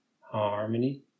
Harmony